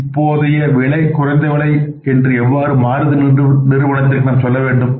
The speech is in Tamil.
இப்போதைய விலை குறைந்த விலை என்று எவ்வாறு மாருதி நிறுவனத்திற்கு நாம் சொல்ல வேண்டும்